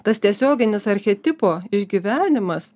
tas tiesioginis archetipo išgyvenimas